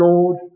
Lord